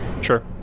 Sure